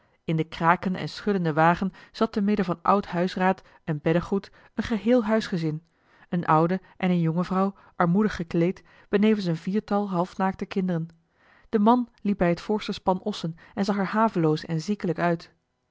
in den krakenden en schuddenden wagen zat te midden van oud huisraad en beddegoed een geheel huisgezin eene oude en eene jonge vrouw armoedig gekleed benevens een viertal halfnaakte kinderen de man liep bij het voorste span ossen en zag er haveloos en ziekelijk uit